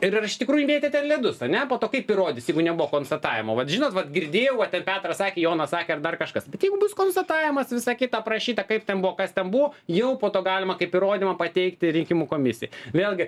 ir ar iš tikrųjų mėtė ten ledus ar ne po to kaip įrodysi jeigu nebuvo konstatavimo vat žinot vat girdėjau va ten petras sakė jonas sakė ar dar kažkas bet jeigu bus konstatavimas visa kita aprašyta kaip ten buvo kas ten buvo jau po to galima kaip įrodymą pateikti rinkimų komisijai vėlgi